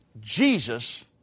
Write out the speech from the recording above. Jesus